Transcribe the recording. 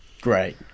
Great